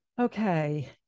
Okay